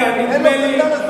אין חמלה.